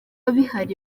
bihari